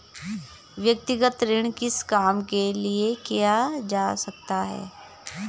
व्यक्तिगत ऋण किस काम के लिए किया जा सकता है?